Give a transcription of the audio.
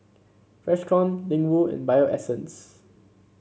Freshkon Ling Wu and Bio Essence